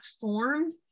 formed